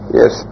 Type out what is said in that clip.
yes